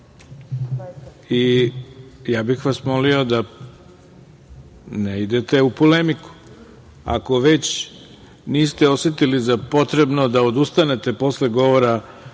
i ja bih vas molio da ne idete u polemiku. Ako već niste osetili za potrebno da odustanete posle govora